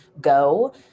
go